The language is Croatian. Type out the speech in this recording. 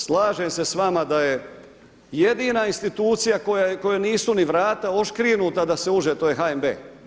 Slažem se sa vama da je jedina institucija kojoj nisu ni vrata odškrinuta da se uđe, to je HNB.